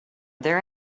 there